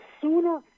sooner